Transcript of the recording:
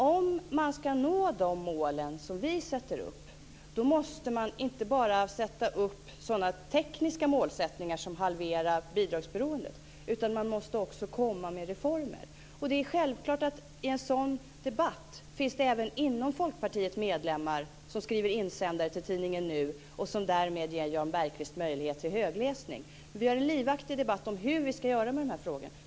Om man ska nå de mål som vi sätter upp måste man inte bara ha tekniska målsättningar, som att halvera bidragsberoendet, utan man måste också komma med reformer. Det är självklart att det i en sådan debatt även inom Folkpartiet finns medlemmar som skriver insändare till tidningen Nu och som därmed ger Jan Bergqvist möjlighet till högläsning. Vi har en livaktig debatt om hur vi ska göra med de här frågorna.